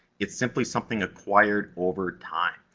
it's simply something acquired over time.